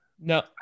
No